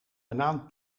banaan